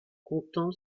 content